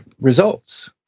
results